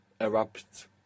erupt